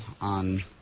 on